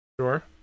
Sure